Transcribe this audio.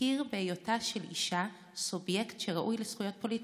הכיר בהיותה של אישה סובייקט שראוי לזכויות פוליטיות.